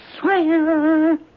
swear